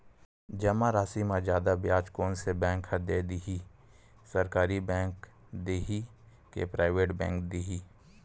जमा राशि म जादा ब्याज कोन से बैंक ह दे ही, सरकारी बैंक दे हि कि प्राइवेट बैंक देहि?